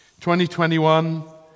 2021